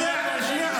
שנייה.